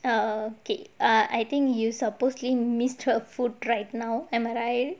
oh okay err I think you supposedly missed her food right now am I right